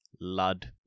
Lud